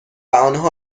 آنها